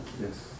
Yes